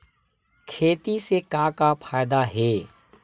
खेती से का का फ़ायदा हे?